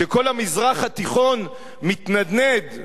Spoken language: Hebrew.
כשכל המזרח התיכון מתנדנד,